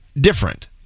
different